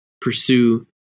pursue